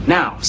now